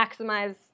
maximize